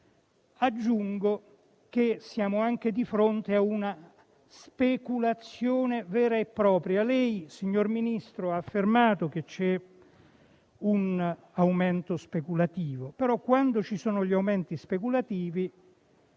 gas. Aggiungo che siamo di fronte ad una speculazione vera e propria. Lei, signor Ministro, ha affermato che c'è un aumento speculativo, ma quando ci sono gli aumenti speculativi